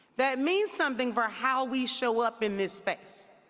that means something for how we show up in this space.